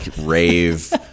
rave